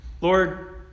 Lord